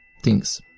things.